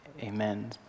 amen